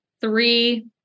three